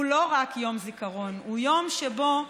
הוא לא רק יום זיכרון, הוא יום שבו יכולה,